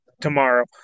tomorrow